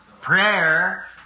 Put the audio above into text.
Prayer